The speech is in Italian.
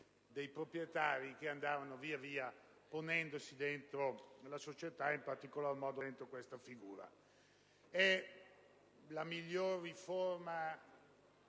Grazie